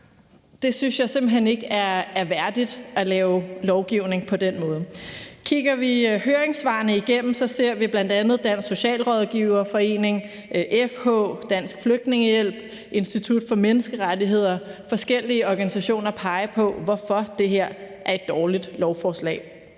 jeg simpelt hen ikke er værdigt, altså at lave lovgivning på den måde. Kigger vi høringssvarene igennem, ser vi bl.a. Dansk Socialrådgiverforening, FH, Dansk Flygtningehjælp, Institut for Menneskerettigheder og forskellige organisationer pege på, hvorfor det her er et dårligt lovforslag,